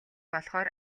болохоор